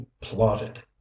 plotted